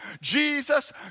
Jesus